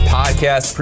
podcast